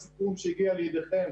הסיכום שהגיע לידיכם